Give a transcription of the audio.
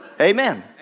Amen